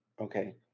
okay